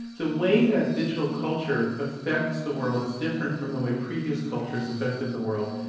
the way that digital culture affects the world is different from the way previous cultures affected the world.